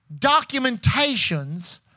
documentations